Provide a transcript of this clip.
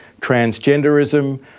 transgenderism